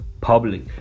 Public